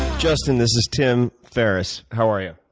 justin, this is tim ferriss. how are you?